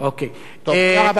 תודה רבה.